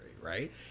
Right